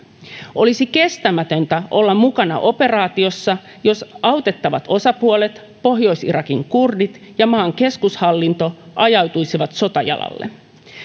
olisi kestämätöntä olla mukana operaatiossa jos autettavat osapuolet pohjois irakin kurdit ja maan keskushallinto ajautuisivat sotajalalle